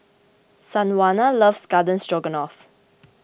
Sanjuana loves Garden Stroganoff